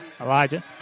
Elijah